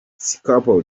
skpado